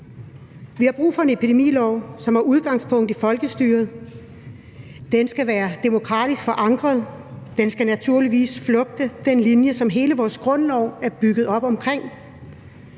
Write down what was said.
Vi har brug for en epidemilov, som har udgangspunkt i folkestyret. Den skal være demokratisk forankret, den skal naturligvis flugte den linje, som hele vores grundlov er bygget op omkring,